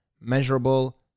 measurable